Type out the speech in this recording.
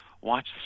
watch